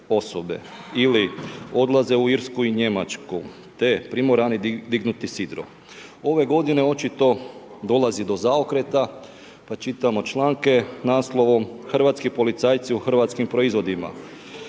ili odlaze u Irsku i Njemačku te primorani dignuti sidro. Ove godine očito dolazi do zaokreta, pa čitamo članke naslovom hrvatski policajci u hrvatskim proizvodima.